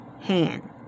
hand